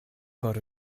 por